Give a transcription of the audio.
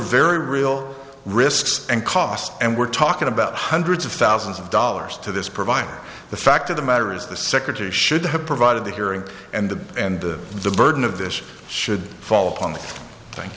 very real risks and cost and we're talking about hundreds of thousands of dollars to this provider the fact of the matter is the secretary should have provided the hearing and the and the the burden of this should fall upon the th